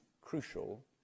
crucial